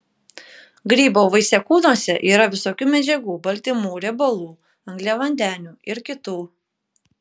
grybo vaisiakūniuose yra visokių medžiagų baltymų riebalų angliavandenių ir kitų